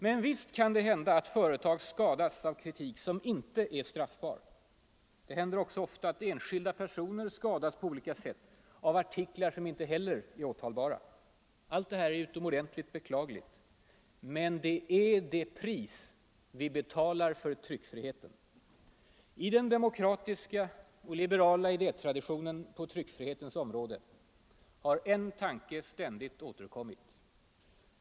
Men visst kan det hända att företag skadas av kritik som inte är straffbar. Det händer också ofta att enskilda personer skadas på olika sätt av artiklar som inte heller är åtalbara. Allt detta är utomordentligt beklagligt. Men det är ett pris vi betalar för tryckfriheten. I den demokratiska och liberala idétraditionen på tryckfrihetens område har en tanke ständigt återkommit.